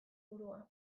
burua